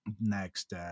Next